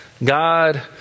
God